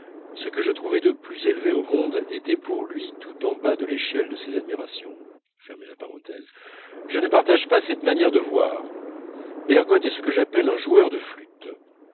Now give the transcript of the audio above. ce que je trouvais de plus élevé au monde était pour lui tout en bas de l'échelle de ses admirations je ne partage pas cette manière de voir bergotte est ce que j'appelle un joueur de flûte